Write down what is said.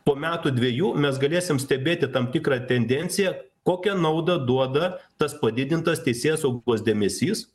po metų dviejų mes galėsim stebėti tam tikrą tendenciją kokią naudą duoda tas padidintas teisėsaugos dėmesys